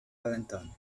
wellington